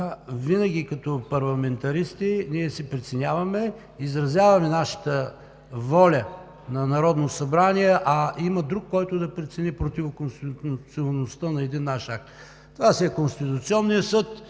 Винаги като парламентаристи си преценяваме, изразяваме нашата воля на Народно събрание, а има друг, който да прецени противоконституционността на един наш акт – това е Конституционният съд.